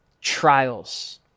trials